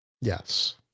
Yes